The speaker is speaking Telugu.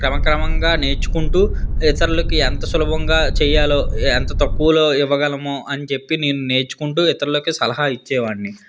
క్రమక్రమంగా నేర్చుకుంటు ఇతరులకి ఎంత సులభంగా చేయాలో ఎంత తక్కువలో ఇవ్వగలము అని చెప్పి నేను నేర్చుకుంటు ఇతరులకు సలహా ఇచ్చేవాన్ని